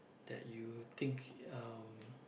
that you think uh